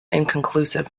inconclusive